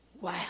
Wow